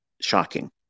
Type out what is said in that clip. shocking